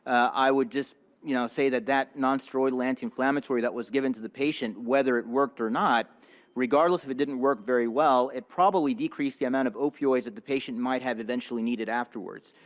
i would just you know say that that non-steroidal anti-inflammatory that was given to the patient, whether it worked or not regardless if it didn't work very well, it probably decreased the amount of opioids that the patient might have eventually needed afterwards.